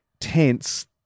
tense